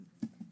כן.